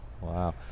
Wow